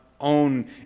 own